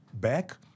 back